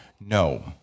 No